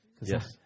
yes